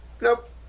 nope